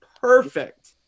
Perfect